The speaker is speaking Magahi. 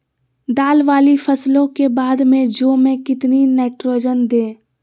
दाल वाली फसलों के बाद में जौ में कितनी नाइट्रोजन दें?